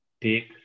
take